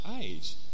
age